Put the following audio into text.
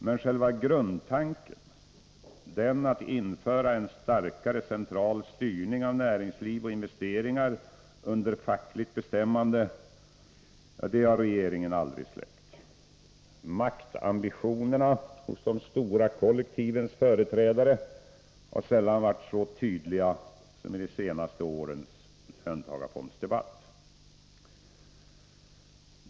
Men själva grundtanken, att införa en starkare central styrning av näringsliv och investeringar under fackligt bestämmande, har regeringen aldrig släppt. Maktambitionerna hos de stora kollektivens företrädare har sällan varit så tydliga som i de senaste årens löntagarfondsdebatt.